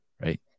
right